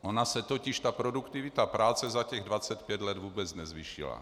Ona se totiž produktivita práce za těch 25 let vůbec nezvýšila.